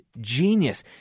genius